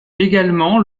également